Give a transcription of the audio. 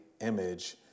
image